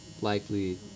likely